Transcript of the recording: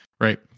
Right